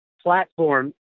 platform